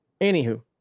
Anywho